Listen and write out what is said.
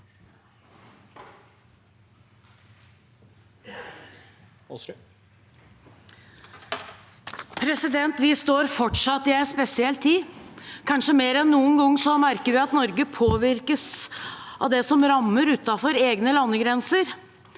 Vi står fortsatt i en spesiell tid. Kanskje mer enn noen gang før merker vi at Norge påvirkes av det som rammer utenfor våre egne landegrenser.